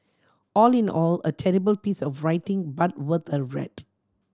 all in all a terrible piece of writing but worth a read